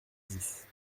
dix